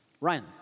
Ryan